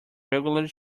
regularly